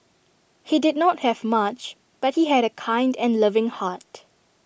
he did not have much but he had A kind and loving heart